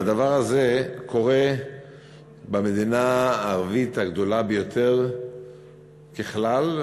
והדבר הזה קורה במדינה הערבית הגדולה ביותר ככלל,